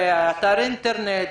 באתר אינטרנט,